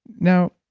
now,